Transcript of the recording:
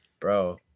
Bro